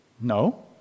no